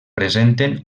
presenten